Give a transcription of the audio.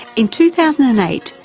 in two thousand and eight,